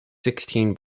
sixteen